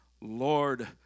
Lord